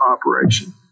operation